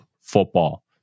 football